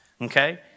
okay